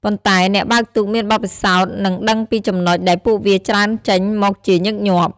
ប៉ុន្តែអ្នកបើកទូកមានបទពិសោធន៍នឹងដឹងពីចំណុចដែលពួកវាច្រើនចេញមកជាញឹកញាប់ ។